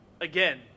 again